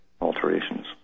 alterations